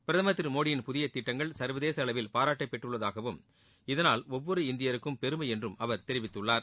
பிரதமர் திரு மோடியின் புதிய திட்டங்கள் சர்வதேச அளவில் பாராட்டை பெற்றுள்ளதாகவும் இதனால் ஒவ்வொரு இந்தியருக்கும் பெருமை என்றும் அவர் தெரிவித்துள்ளார்